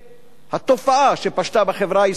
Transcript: התופעה שפשטה בחברה הישראלית: